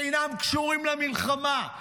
אינם קשורים למלחמה,